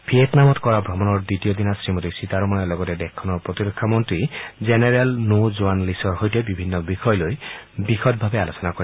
ভিয়েটনামত কৰা ভ্ৰমণৰ দ্বিতীয় দিনা শ্ৰীমতী সীতাৰমণে লগতে দেশখনৰ প্ৰতিৰক্ষা মন্ত্ৰী জেনেৰেল নো জোৱান লিচৰ সৈতে বিভিন্ন বিষয় লৈ বিষদভাৱে আলোচনা কৰে